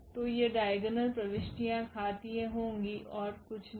तो ये डाइगोनल प्रविष्टियाँ घातीय होंगी और कुछ नहीं